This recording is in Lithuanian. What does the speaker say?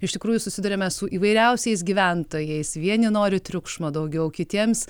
iš tikrųjų susiduriame su įvairiausiais gyventojais vieni nori triukšmo daugiau kitiems